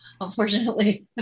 unfortunately